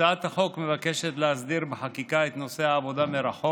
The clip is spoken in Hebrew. הצעת החוק מבקשת להסדיר בחקיקה את נושא העבודה מרחוק